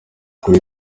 kuri